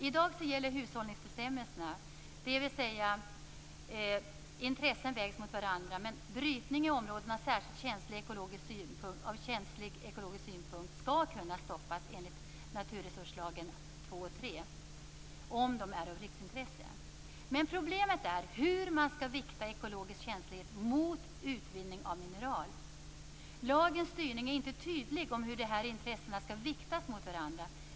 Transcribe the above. I dag gäller hushållningsbestämmelserna, dvs. intressen vägs mot varandra, men brytning i områden ur särskilt känslig ekologisk synpunkt skall kunna stoppas enligt naturresurslagen Men problemet är hur man skall vikta ekologisk känslighet mot utvinning av mineral. Lagens styrning är inte tydlig om hur dessa intressen skall viktas mot varandra.